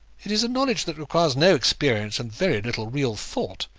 it is a knowledge that requires no experience and very little real thought.